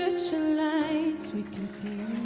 searchlights we can see